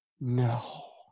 no